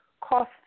cost